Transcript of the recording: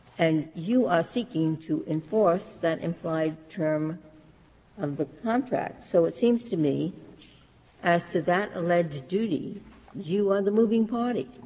and you are seeking to enforce that implied term of the contract. so it seems to me as to that alleged duty you are the moving party.